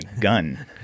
gun